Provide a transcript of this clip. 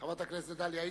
חברת הכנסת דליה איציק.